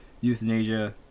euthanasia